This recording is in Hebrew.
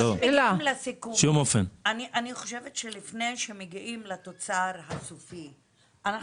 אני חושבת שלפני שמגיעים לתוצר הסופי אנחנו